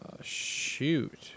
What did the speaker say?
shoot